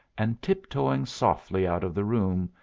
and tiptoeing softly out of the room,